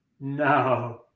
no